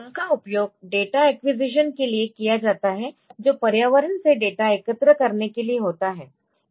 उनका उपयोग data acquisition के लिए किया जाता है जो पर्यावरण से डेटा एकत्र करने के लिए होता है